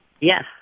Yes